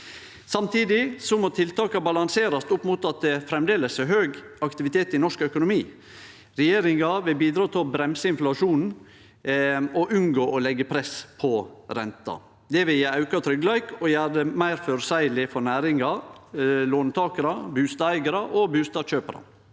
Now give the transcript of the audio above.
Samtidig må tiltaka balanserast opp mot at det framleis er høg aktivitet i norsk økonomi. Regjeringa vil bidra til å bremse inflasjonen og unngå å leggje press på renta. Det vil gje auka tryggleik og gjere det meir føreseieleg for næringa, låntakarar, bustadeigarar og bustadkjøparar.